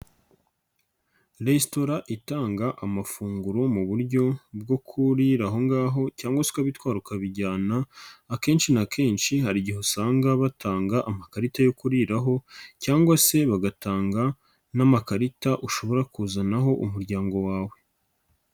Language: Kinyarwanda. Resitora itanga amafunguro mu buryo bwo kurira aho ngaho cyangwa se ukabitwara ukabijyana akenshi na kenshi hari igihe usanga batanga amakarita yo kuriraho cyangwa se bagatanga n'amakarita ushobora kuzanaho umuryango wawe.